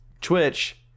Twitch –